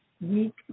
week